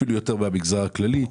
אפילו יותר מאשר במגזר הכללי.